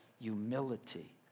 Humility